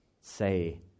say